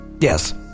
Yes